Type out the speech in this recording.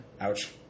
Ouch